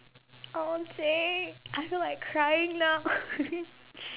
!aww! J I know I crying now